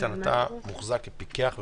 איתן, אתה מוחזק כפיקח ומוכשר.